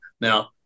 Now